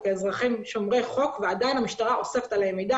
כאזרחים שומרי חוק ועדיין המשטרה אוספת עליהם מידע,